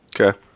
Okay